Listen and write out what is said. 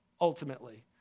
ultimately